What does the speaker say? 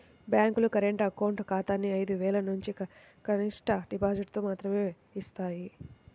బ్యేంకులు current account ఖాతాని ఐదు వేలనుంచి కనిష్ట డిపాజిటుతో మాత్రమే యిస్తాయి